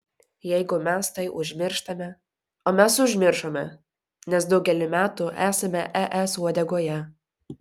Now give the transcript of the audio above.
jeigu mes tai užmirštame o mes užmiršome nes daugelį metų esame es uodegoje